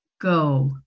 go